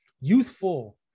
youthful